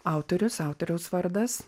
autorius autoriaus vardas